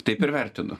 taip ir vertinu